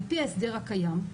על פי ההסדר הקיים,